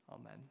Amen